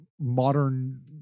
modern